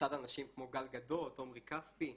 לצד אנשים כמו גל גדות ועומרי כספי.